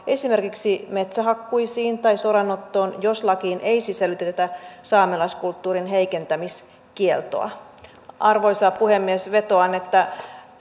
esimerkiksi metsähakkuisiin tai soranottoon jos lakiin ei sisällytetä saamelaiskulttuurin heikentämiskieltoa arvoisa puhemies vetoan että